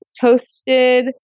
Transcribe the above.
toasted